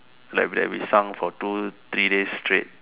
like that we sung for two three days straight